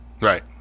Right